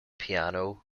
piano